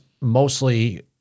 mostly